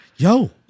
Yo